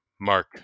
Mark